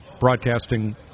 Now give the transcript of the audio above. broadcasting